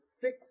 six